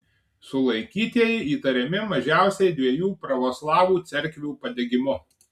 sulaikytieji įtariami mažiausiai dviejų pravoslavų cerkvių padegimu